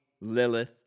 Lilith